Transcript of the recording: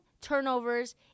turnovers